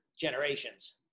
generations